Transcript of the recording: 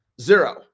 Zero